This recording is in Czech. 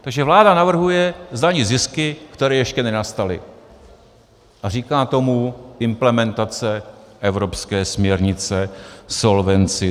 Takže vláda navrhuje zdanit zisky, které ještě nenastaly, a říká tomu implementace evropské směrnice Solvency II.